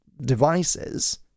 devices